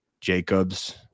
Jacobs